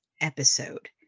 episode